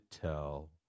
tell